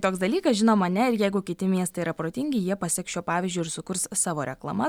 toks dalykas žinoma ne ir jeigu kiti miestai yra protingi jie paseks šiuo pavyzdžiu ir sukurs savo reklamas